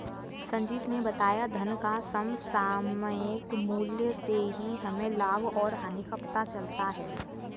संजीत ने बताया धन का समसामयिक मूल्य से ही हमें लाभ और हानि का पता चलता है